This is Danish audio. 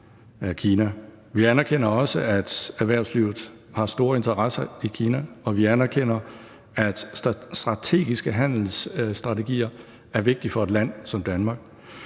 Vi anerkender også, at erhvervslivet har store interesser i Kina. Og vi anerkender, at handelsstrategier er vigtige for et land som Danmark.